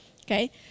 okay